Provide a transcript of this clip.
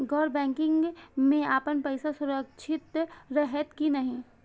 गैर बैकिंग में अपन पैसा सुरक्षित रहैत कि नहिं?